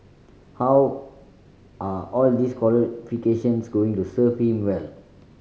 how are all these qualifications going to serve him well